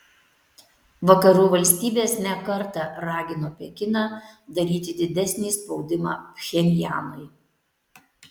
vakarų valstybės ne kartą ragino pekiną daryti didesnį spaudimą pchenjanui